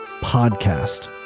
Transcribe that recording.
PODCAST